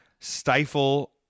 stifle